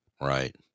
Right